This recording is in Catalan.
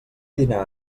dinar